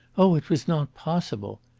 oh, it was not possible!